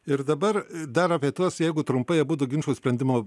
ir dabar dar apie tuos jeigu trumpai abudu ginčo sprendimo